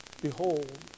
Behold